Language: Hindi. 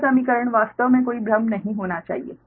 यह समीकरण वास्तव में कोई भ्रम नहीं होना चाहिए